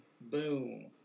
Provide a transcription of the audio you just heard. Boom